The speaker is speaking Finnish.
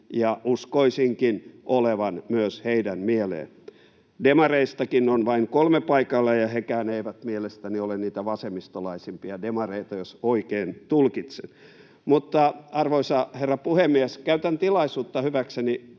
ja uskoisinkin olevan myös heidän mieleensä. Demareistakin on vain kolme paikalla, ja hekään eivät mielestäni ole niitä vasemmistolaisimpia demareita, jos oikein tulkitsen. Mutta, arvoisa herra puhemies, käytän tilaisuutta hyväkseni lausuakseni